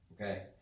Okay